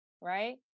Right